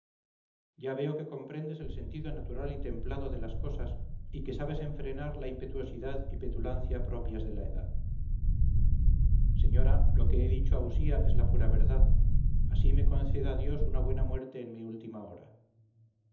ya veo que comprendes el sentido natural y templado de las cosas y que sabes enfrenar la impetuosidad y petulancia propias de la edad señora lo que he dicho a usía es la pura verdad así me conceda dios una buena muerte en mi última hora